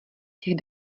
těch